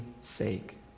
sake